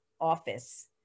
office